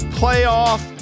playoff